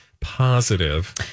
positive